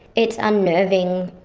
it's unnerving,